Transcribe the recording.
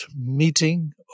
meeting